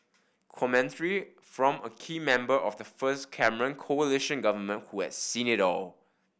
commentary from a key member of the first Cameron coalition government who had seen it all